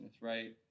right